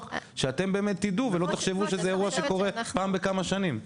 כדי שאתם באמת תדעו ולא תחשבו שזה אירוע שקורה פעם בכמה שנים.